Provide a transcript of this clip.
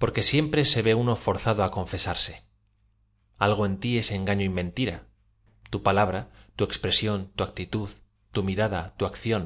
porque siempre se v e uno forzado á confesarse a lg o en ti engaño y mentira tu pala bra tu expresión tu actitud tu mirada tu acción